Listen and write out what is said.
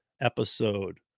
episode